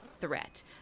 threat